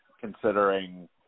considering